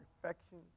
perfection